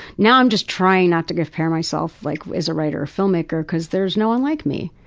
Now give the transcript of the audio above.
now i'm just trying not to compare myself like as a writer or filmmaker because there's no one like me.